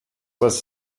was